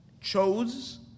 chose